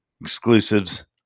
Exclusives